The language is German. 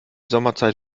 sommerzeit